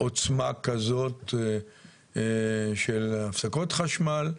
עוצמה כזאת של הפסקות חשמל.